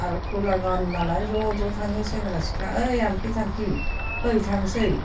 आरो खुला गान नालाय ज' ज' थाङो सेंग्रा सिख्ला ओइ आमोखि थामोखि फै थांसै